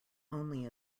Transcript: only